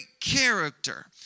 character